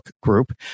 group